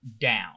down